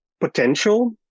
potential